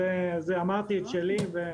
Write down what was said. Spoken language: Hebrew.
אמרתי את שלי.